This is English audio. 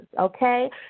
okay